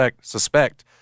suspect